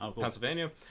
Pennsylvania